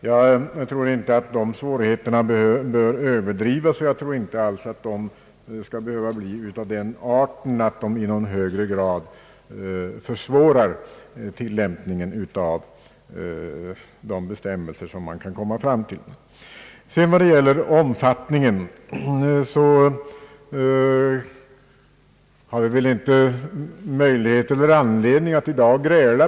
Jag tror inte dessa svårigheter skall överdrivas, jag anser inte alls att de i någon högre grad skulle försvåra tilllämpningen av de bestämmelser man kan komma fram till. Beträffande omfattningen av bostadsbyggandet tycks vi i dag varken ha möjlighet eller anledning att gräla.